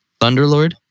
Thunderlord